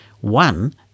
One